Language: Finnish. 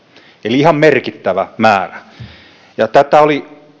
eli ihan merkittävä määrä tätä oli